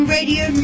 Radio